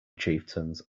chieftains